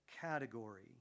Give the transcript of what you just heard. category